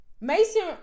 Mason